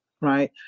right